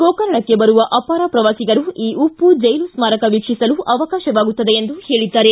ಗೋಕರ್ಣಕ್ಕೆ ಬರುವ ಅಪಾರ ಪ್ರವಾಸಿಗರು ಈ ಉಪ್ಪು ಜೈಲು ಸ್ಮಾರಕ ವೀಕ್ಷಿಸಲು ಅವಕಾಶವಾಗುತ್ತದೆ ಎಂದು ಹೇಳಿದ್ದಾರೆ